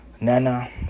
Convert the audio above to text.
nana